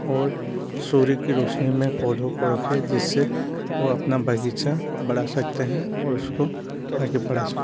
और सूर्य की रोशनी में पौधों को रखें जिससे वह अपना बगीचा बढ़ा सकते हैं और उसको आगे बढ़ा सकते